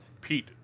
Pete